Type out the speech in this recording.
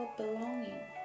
belonging